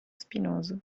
spinoso